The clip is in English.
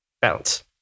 Balance